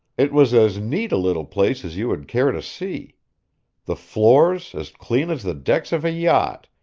it was as neat a little place as you would care to see the floors as clean as the decks of a yacht,